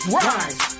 rise